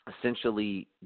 Essentially